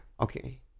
okay